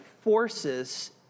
forces